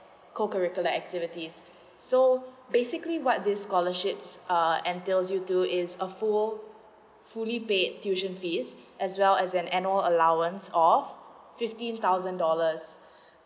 co curricula the activities so basically what they scholarships uh entails you to is a full fully paid tuition fees as well as an annual allowance of fifteen thousand dollars